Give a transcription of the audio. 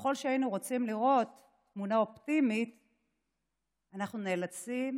שככל שהיינו רוצים לראות תמונה אופטימית אנחנו נאלצים